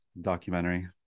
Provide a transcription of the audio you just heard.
documentary